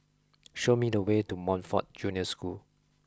show me the way to Montfort Junior School